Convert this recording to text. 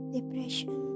Depression